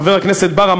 חבר הכנסת בר,